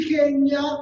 Kenya